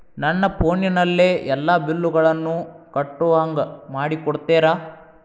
ನನ್ನ ಫೋನಿನಲ್ಲೇ ಎಲ್ಲಾ ಬಿಲ್ಲುಗಳನ್ನೂ ಕಟ್ಟೋ ಹಂಗ ಮಾಡಿಕೊಡ್ತೇರಾ?